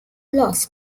loss